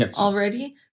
already